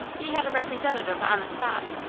he had a representative on the spot.